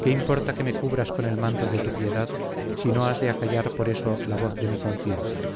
qué importa que me cubras con el manto de tu piedad si no has de acallar por eso la voz de mi conciencia